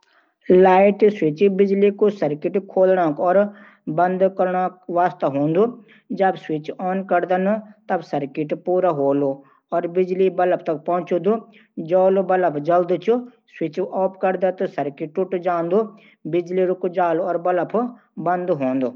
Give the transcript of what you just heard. Light switch बिजुली को circuit खोलण और बणद करण वास्ता होलू। जब स्विच "ऑन" करदे, तब सर्किट पूरा होलू और बिजुली बल्ब तक पहुंचद, जौंलू बल्ब जळद। स्विच "ऑफ" करदे त सर्किट टूट जालू, बिजुली रुक जालू और बल्ब बण्द होलू।